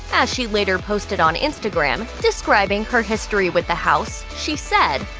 as she later posted on instagram, describing her history with the house, she said,